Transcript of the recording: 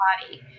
body